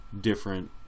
different